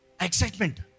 excitement